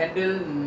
good luck